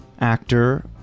actor